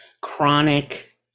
chronic